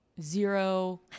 zero